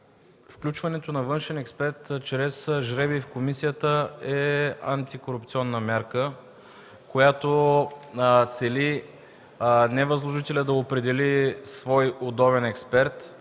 включването на външен експерт чрез жребий в комисията е антикорупционна мярка, която цели не възложителят да определи свой удобен експерт,